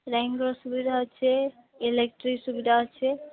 ର ସୁବିଧା ଅଛି ଇଲେକ୍ଟ୍ରି ସୁବିଧା ଅଛି